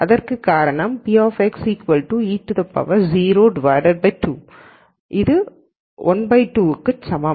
இதற்குக் காரணம் p e 0 2 இது 1 2 க்கு சமம்